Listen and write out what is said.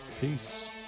Peace